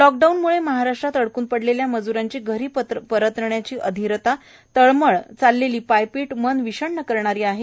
लॉकडाऊनम्ळे महाराष्ट्रात अडकून पडलेल्या मजूरांची घरी परतण्याची अधिरता तळमळ चाललेली पायपीट मन विषण्ण करणारी आहे